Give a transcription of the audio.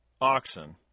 oxen